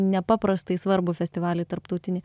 nepaprastai svarbų festivalį tarptautinį